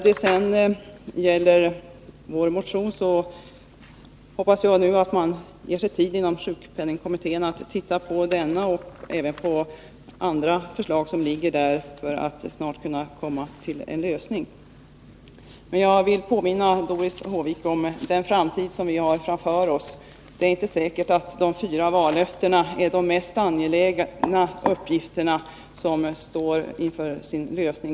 Jag hoppas att man nu ger sig tid inom sjukpenningkommittén att se på vår motion och även på andra förslag som föreligger, så att man snart kan komma fram till en lösning. Men jag vill påminna Doris Håvik om den framtid som vi står inför. Det är inte säkert att de fyra vallöftena innebär de mest angelägna uppgifterna.